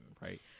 Right